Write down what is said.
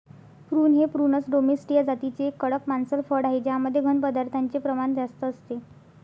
prune हे Prunus domestica जातीचे एक कडक मांसल फळ आहे ज्यामध्ये घन पदार्थांचे प्रमाण जास्त असते